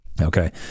Okay